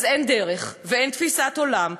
אז אין דרך ואין תפיסת עולם,